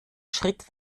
schritt